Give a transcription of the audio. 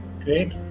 great